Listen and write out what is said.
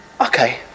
Okay